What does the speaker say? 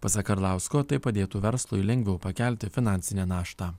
pasak arlausko tai padėtų verslui lengviau pakelti finansinę naštą